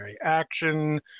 action